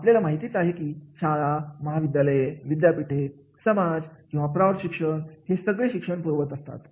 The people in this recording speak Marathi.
आपल्याला माहीतच आहे की शाळा महाविद्यालय विद्यापीठे समाज किंवा प्रौढ शिक्षण हे सगळे असे शिक्षण पुरवतात